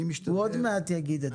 הוא עוד מעט יגיד את דברו.